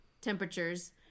temperatures